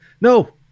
no